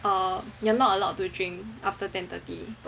err you're not allowed to drink after ten thirty